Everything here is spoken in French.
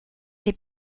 les